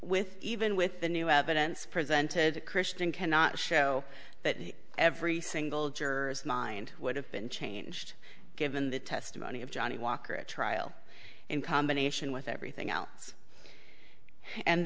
with even with the new evidence presented christian cannot show that every single juror's mind would have been changed given the testimony of johnnie walker at trial in combination with everything else and